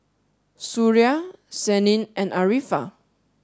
Suria Senin and Arifa